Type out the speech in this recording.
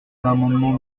l’amendement